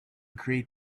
create